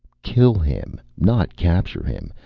kill him, not capture him.